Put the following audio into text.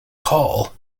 call